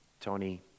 Tony